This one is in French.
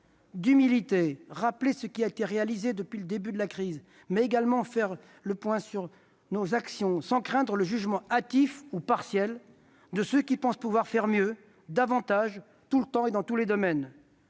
d'humilité, rappeler ce qui a été réalisé depuis le début de la crise, mais également faire le point sur nos actions, sans craindre le jugement hâtif ou partiel de ceux qui pensent pouvoir faire mieux, davantage, tout le temps et dans tous les domaines.